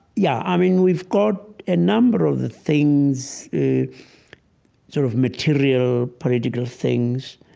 yeah. i mean, we've got a number of the things, sort of material political things,